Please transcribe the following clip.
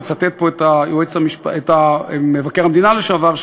אני מצטט פה את מבקר המדינה לשעבר,